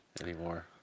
anymore